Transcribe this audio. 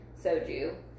soju